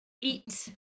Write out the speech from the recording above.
eat